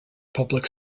public